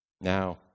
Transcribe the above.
Now